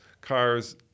cars